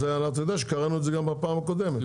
אתה יודע שקראנו את זה גם בפעם הקודמת,